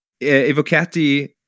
evocati